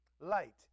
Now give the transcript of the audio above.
Light